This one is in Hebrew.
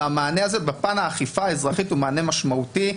והמענה הזה בפן האכיפה האזרחית הוא מענה משמעותי.